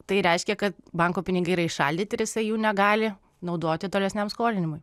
tai reiškia kad banko pinigai yra įšaldyti ir jisai jų negali naudoti tolesniam skolinimui